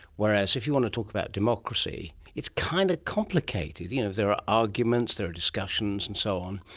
whereas if you want to talk about democracy, it's kind of complicated. you know there are arguments, there are discussions and so on,